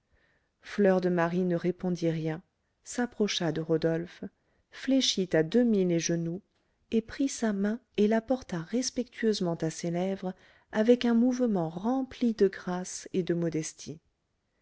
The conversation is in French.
fleur de marie ne répondit rien s'approcha de rodolphe fléchit à demi les genoux et prit sa main et la porta respectueusement à ses lèvres avec un mouvement rempli de grâce et de modestie